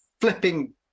flipping